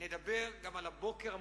נדבר גם על הבוקר המופלא,